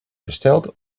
besteld